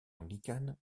anglicane